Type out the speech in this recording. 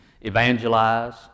evangelize